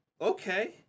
Okay